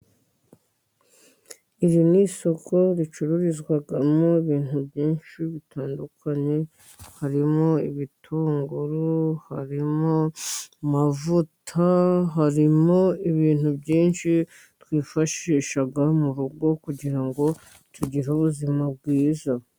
Iri n'isoko ricururizwamo ibintu byinshi bitandukanye, harimo ibitunguru, harimo mavuta, harimo ibintu byinshi twifashisha mu rugo kugira ngo tugire ubuzima bwiza.